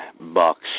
bucks